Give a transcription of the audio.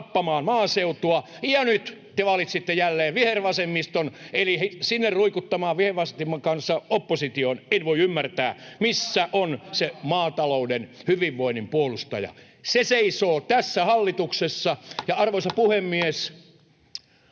tappamaan maaseutua, ja nyt te valitsitte jälleen vihervasemmiston eli sinne ruikuttamaan vihervasemmiston kanssa oppositioon — en voi ymmärtää. Missä on se maatalouden hyvinvoinnin puolustaja? Se seisoo tässä hallituksessa. [Puhemies